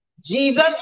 Jesus